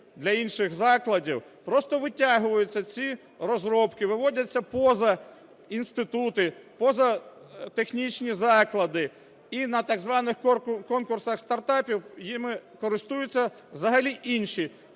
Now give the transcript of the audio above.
для інших закладів, просто витягуються ці розробки, виводяться поза інститути, поза технічні заклади, і на так званих конкурсах стартапів ними користуються взагалі інші,